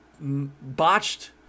botched